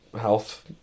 health